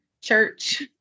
church